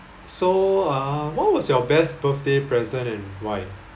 so uh what was your best birthday present and why